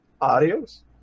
Adios